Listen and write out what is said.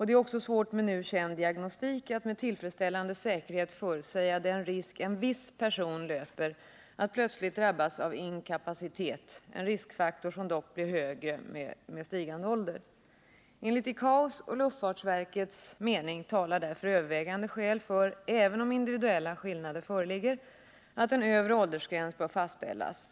Det är också svårt med nu känd diagnostik att med tillfredsställande säkerhet förutsäga den risk en viss person löper att plötsligt drabbas av inkapacitet, en riskfaktor som dock blir högre med stigande ålder. Enligt ICAO:s och luftfartsverkets mening talar därför övervägande skäl för — även om individuella skillnader föreligger — att en övre åldersgräns bör fastställas.